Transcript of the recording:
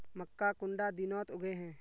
मक्का कुंडा दिनोत उगैहे?